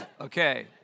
Okay